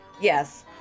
yes